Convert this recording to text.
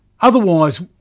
Otherwise